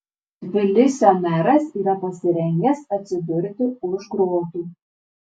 tbilisio meras yra pasirengęs atsidurti už grotų